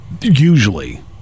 Usually